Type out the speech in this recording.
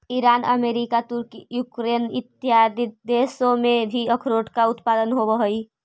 Iran America तुर्की Ukraine इत्यादि देशों में भी अखरोट का उत्पादन होवअ हई